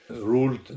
ruled